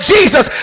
Jesus